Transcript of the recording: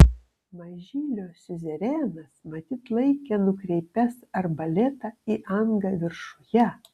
mažylio siuzerenas matyt laikė nukreipęs arbaletą į angą viršuje